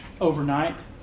overnight